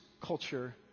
culture